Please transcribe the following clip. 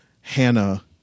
Hannah